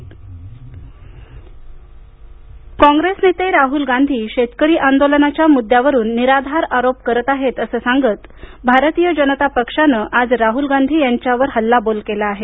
Bhajpa Rahul Gandhi Congress नेते राहुल गांधी शेतकरी आंदोलनाच्या मुद्द्यावरून निराधार आरोप करत आहेत असं सांगत भारतीय जनता पक्षानं आज राहुल गांधी यांच्यावर हल्लाबोल केला आहे